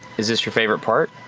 is this your favorite part?